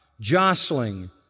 jostling